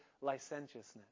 licentiousness